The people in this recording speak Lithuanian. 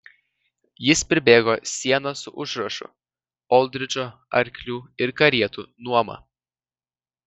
jis pribėgo sieną su užrašu oldridžo arklių ir karietų nuoma